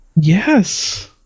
Yes